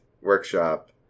workshop